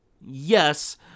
Yes